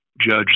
judge